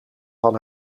van